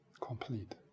complete